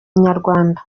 inyarwanda